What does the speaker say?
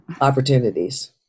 opportunities